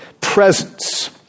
presence